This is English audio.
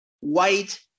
White